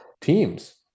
teams